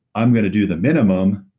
i'm going to do the minimum,